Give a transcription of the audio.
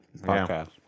podcast